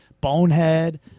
Bonehead